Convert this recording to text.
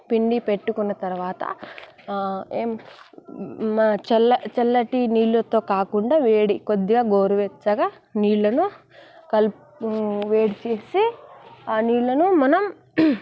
పిండి పెట్టుకున్న తర్వాత ఏం చల్లటి నీళ్ళతో కాకుండా వేడి కొద్దిగా గోరువెచ్చగా నీళ్ళను క వేడి చేసి ఆ నీళ్ళను మనం